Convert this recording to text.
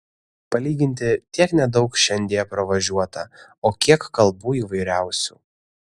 palyginti tiek nedaug šiandie pravažiuota o kiek kalbų įvairiausių